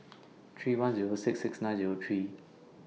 three one Zero six six nine Zero three